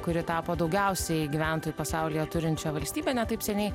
kuri tapo daugiausiai gyventojų pasaulyje turinčia valstybe ne taip seniai